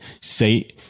say